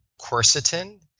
quercetin